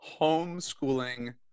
homeschooling